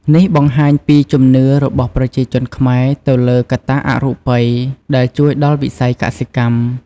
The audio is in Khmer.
នេះបង្ហាញពីជំនឿរបស់ប្រជាជនខ្មែរទៅលើកត្តាអរូបិយដែលជួយដល់វិស័យកសិកម្ម។